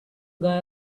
guy